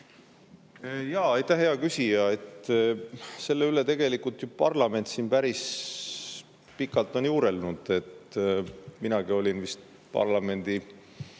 Jaa, aitäh hea küsija! Selle üle tegelikult ju parlament siin päris pikalt on juurelnud. Minagi olin vist parlamendi